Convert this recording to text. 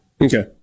Okay